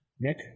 Nick